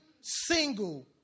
single